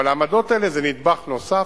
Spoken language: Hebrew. אבל העמדות האלה זה נדבך נוסף.